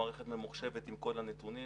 מערכת ממוחשבת עם כל הנתונים,